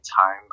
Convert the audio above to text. time